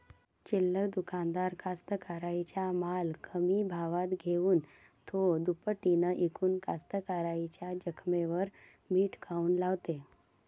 चिल्लर दुकानदार कास्तकाराइच्या माल कमी भावात घेऊन थो दुपटीनं इकून कास्तकाराइच्या जखमेवर मीठ काऊन लावते?